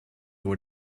door